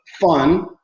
fun